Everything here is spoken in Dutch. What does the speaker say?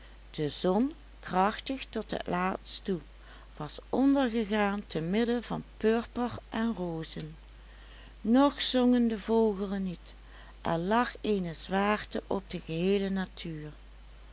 de zon krachtig tot het laatst toe was ondergegaan te midden van purper en rozen nog zongen de vogelen niet er lag eene zwaarte op de geheele natuur